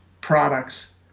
products